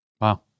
Wow